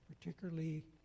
particularly